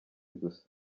gusa